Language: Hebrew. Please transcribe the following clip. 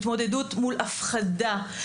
התמודדות מול הפחדה,